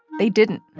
they didn't,